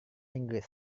inggris